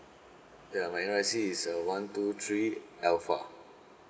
ya my N_R_I_C is uh one two three alpha